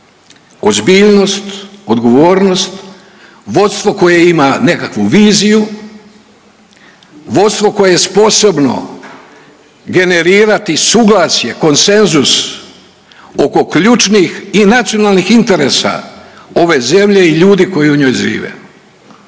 ozbiljnost, odgovornost, vodstvo koje ima nekakvu viziju, vodstvo koje je sposobno generirati suglasje, konsenzus oko ključnih i nacionalnih interesa ove zemlje i ljudi koji u njoj žive.